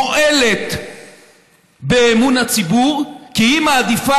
והיא מועלת באמון הציבור כי היא מעדיפה